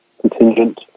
contingent